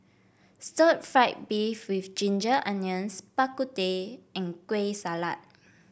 Stir Fried Beef with Ginger Onions Bak Kut Teh and Kueh Salat